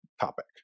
topic